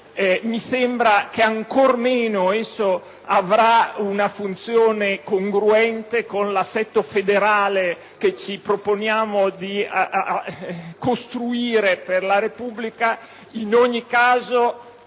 Mi sembra che ancor meno esso avrà una funzione congruente con l'assetto federale che ci proponiamo di costruire per la Repubblica.